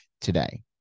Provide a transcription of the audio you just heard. today